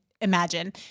Imagine